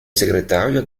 segretario